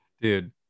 dude